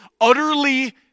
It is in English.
utterly